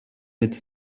its